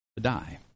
die